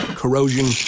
corrosion